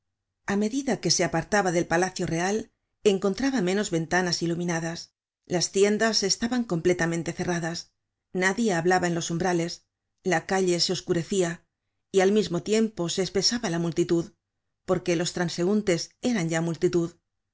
a medida que se apartaba del palacio real encontraba menos ventanas iluminadas las tiendas estaban completamente cerradas nadie hablaba en los umbrales la calle se oscurecia y al mismo tiempo se espesaba la multitud porque los transeuntes eran ya multitud